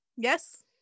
Yes